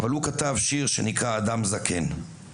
הוא כתב שיר שנקרא ׳אדם זקן׳.